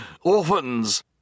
Orphans